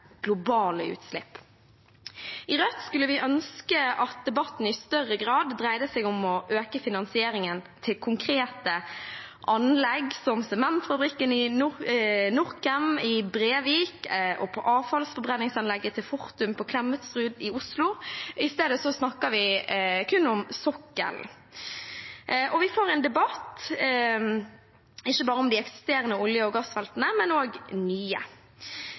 globale utslipp. I Rødt skulle vi ønske at debatten i større grad dreide seg om å øke finansieringen til konkrete anlegg, som sementfabrikken til Norcem i Brevik og avfallsforbrenningsanlegget til Fortum på Klemetsrud i Oslo. I stedet snakker vi kun om sokkelen, og vi får en debatt om ikke bare de eksisterende olje- og gassfeltene, men også nye.